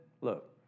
Look